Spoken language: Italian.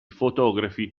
fotografi